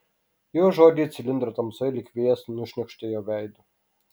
jo žodžiai cilindro tamsoje lyg vėjas nušniokštė jo veidu